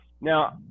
Now